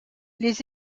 les